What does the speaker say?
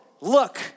look